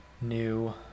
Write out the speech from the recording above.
new